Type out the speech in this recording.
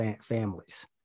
families